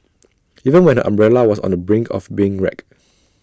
even when umbrella was on the brink of being wrecked